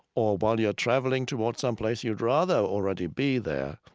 or while you're traveling towards someplace you'd rather already be there